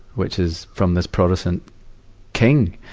which is from this protestant king,